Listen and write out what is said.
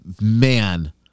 man